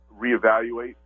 reevaluate